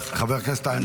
היית מסיים בלא תודה.